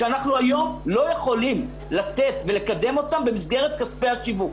שאנחנו היום לא יכולים לתת ולקדם אותם במסגרת כספי השיווק,